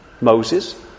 Moses